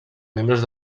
membres